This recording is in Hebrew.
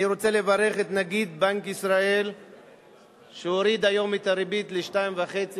אני רוצה לברך את נגיד בנק ישראל שהוריד היום את הריבית ל-2.5%,